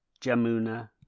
Jamuna